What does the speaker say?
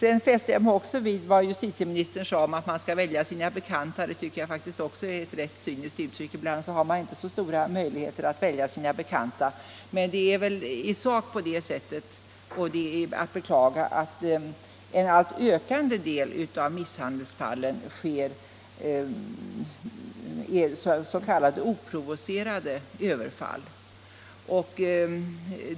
Jag fäste mig också vid vad justitieministern sade om att man skulle välja sina bekanta. Det är faktiskt ett rätt cyniskt uttryckssätt. Ibland har man inte så stora möjligheter att göra det. Men i sak är det på det sättet — och det är att beklaga — att den ökande andel av misshandelsfallen är s.k. oprovocerade överfall.